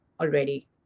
already